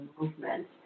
movement